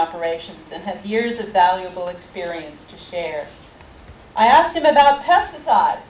operations and has years of valuable experience to share i asked him about pesticide